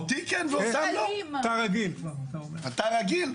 חבר הכנסת כסיף,